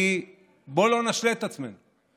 כי בואו לא נשלה את עצמנו,